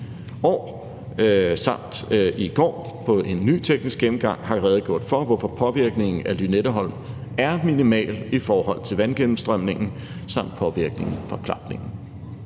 år samt i går på en ny teknisk gennemgang har redegjort for, hvorfor påvirkningen af Lynetteholm er minimal i forhold til vandgennemstrømningen samt påvirkningen fra klapningen.